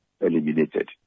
eliminated